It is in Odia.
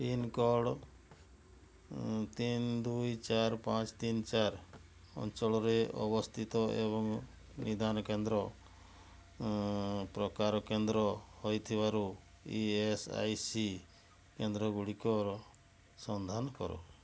ପିନ୍କୋଡ଼୍ ତିନି ଦୁଇ ଚାରି ପାଞ୍ଚ ତିନି ଚାରି ଅଞ୍ଚଳରେ ଅବସ୍ଥିତ ଏବଂ ନିଦାନ କେନ୍ଦ୍ର ପ୍ରକାର କେନ୍ଦ୍ର ହୋଇଥିବା ଇ ଏସ୍ ଆଇ ସି କେନ୍ଦ୍ର ଗୁଡ଼ିକର ସନ୍ଧାନ କର